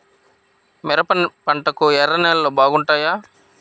మిరప పంటకు ఎర్ర నేలలు బాగుంటాయా?